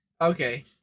Okay